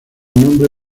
nombre